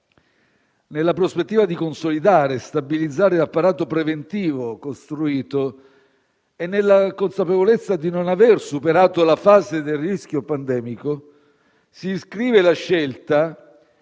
Nella prospettiva di consolidare e stabilizzare l'apparato preventivo costruito e nella consapevolezza di non aver superato la fase del rischio pandemico si iscrive la scelta